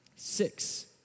Six